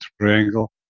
triangle